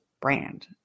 brand